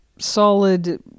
Solid